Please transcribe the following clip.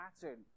pattern